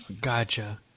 Gotcha